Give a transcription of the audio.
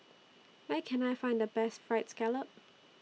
Where Can I Find The Best Fried Scallop